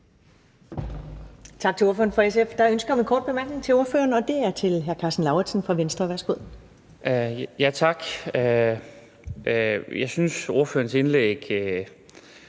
Tak til ordføreren for SF. Der er ønske om en kort bemærkning til ordføreren, og det er fra hr. Karsten Lauritzen fra Venstre. Værsgo. Kl. 16:03 Karsten Lauritzen (V): Tak.